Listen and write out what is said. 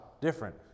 Different